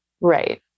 Right